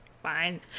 fine